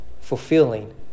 fulfilling